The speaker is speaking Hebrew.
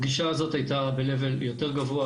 הפגישה הזאת הייתה בלבל יותר גבוה,